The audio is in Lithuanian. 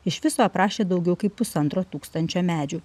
iš viso aprašė daugiau kaip pusantro tūkstančio medžių